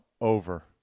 Over